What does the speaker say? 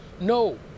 No